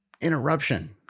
interruption